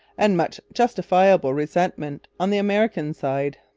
and much justifiable resentment on the american side.